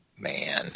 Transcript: Man